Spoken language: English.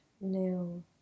new